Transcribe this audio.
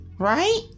Right